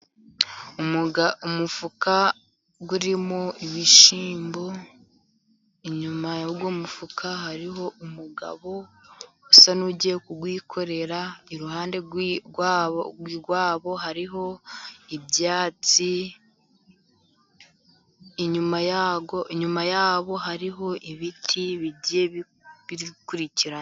Umufuka urimo ibishyimbo, inyuma y'uwo mufuka hariho umugabo usa n'ugiye kuwikorera , iruhande rwabo hariho ibyatsi, inyuma yabo hariho ibiti bigiye bikurikiranye.